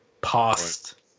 past